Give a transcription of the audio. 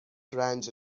رنج